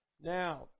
Now